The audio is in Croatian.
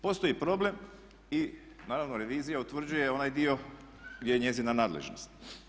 Postoji problem i naravno revizija utvrđuje onaj dio gdje je njezina nadležnost.